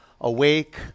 awake